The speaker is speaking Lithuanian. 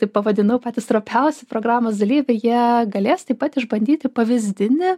taip pavadinau patys stropiausi programos dalyviai jie galės taip pat išbandyti pavyzdinį